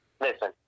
Listen